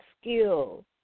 skills